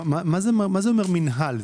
מה זה אומר "מינהל"?